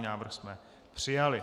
Návrh jsme přijali.